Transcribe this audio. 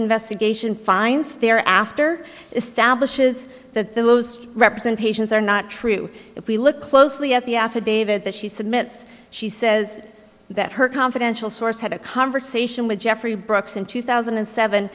investigation finds they're after establishes that those representations are not true if we look closely at the affidavit that she submits she says that her confidential source had a conversation with geoffrey brooks in two thousand and seven